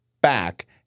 back